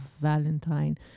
Valentine